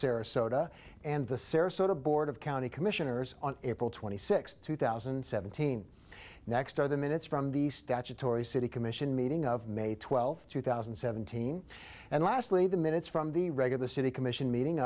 sarasota and the sarasota board of county commissioners on april twenty sixth two thousand and seventeen next are the minutes from the statutory city commission meeting of may twelfth two thousand and seventeen and lastly the minutes from the regular city commission meeting